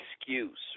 excuse